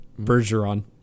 Bergeron